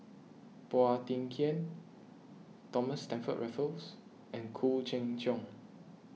Phua Thin Kiay Thomas Stamford Raffles and Khoo Cheng Tiong